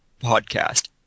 podcast